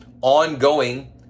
ongoing